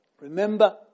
Remember